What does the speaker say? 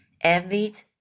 envied